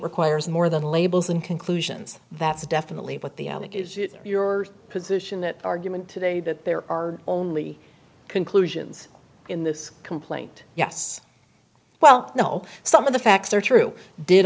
requires more than labels and conclusions that's definitely what the out it is your position that argument today that there are only conclusions in this complaint yes well you know some of the facts are true did